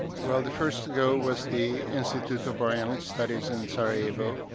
well the first to go was the institute of oriental studies in sarajevo,